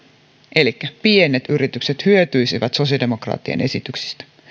elikkä pienet yritykset hyötyisivät sosiaalidemokraattien esityksistä